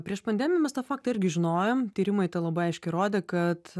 prieš pandemiją mes tą faktą irgi žinojom tyrimai tą labai aiškiai rodė kad